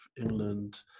England